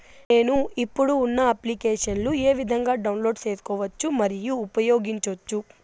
నేను, ఇప్పుడు ఉన్న అప్లికేషన్లు ఏ విధంగా డౌన్లోడ్ సేసుకోవచ్చు మరియు ఉపయోగించొచ్చు?